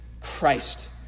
Christ